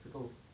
这个